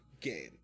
game